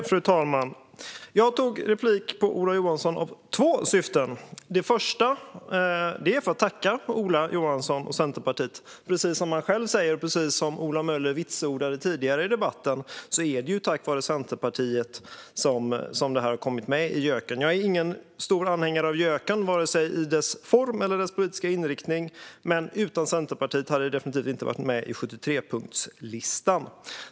Fru talman! Jag tog replik på Ola Johansson av två skäl. Det första är för att tacka Ola Johansson och Centerpartiet, för precis som Ola Möller vitsordade tidigare i debatten är det tack vare Centerpartiet som detta har kommit med i JÖK. Jag är ingen stor anhängare av JÖK när det gäller vare dess form eller dess politiska inriktning, men utan Centerpartiet hade detta definitivt inte varit med på 73-punktslistan.